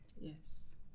Yes